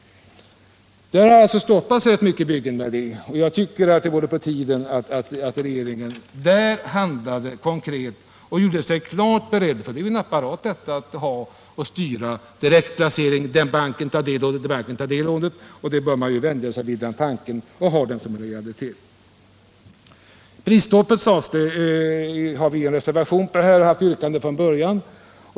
Rätt många byggen har stoppats därmed, och det vore på tiden att regeringen därvidlag handlade konkret och gjorde klart att direkt styra till den bank det gäller. Man bör ju vänja sig vid den tanken och ha den som en realitet. I fråga om prisstoppet har vi haft en reservation redan i våras.